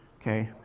okay.